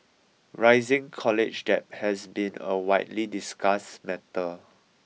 rising college debt has been a widely discussed matter